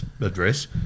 address